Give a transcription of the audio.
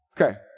Okay